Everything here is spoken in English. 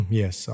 yes